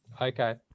okay